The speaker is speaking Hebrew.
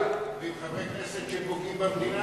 כנסת שפוגעים במדינה?